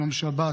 יום שבת,